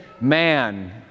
man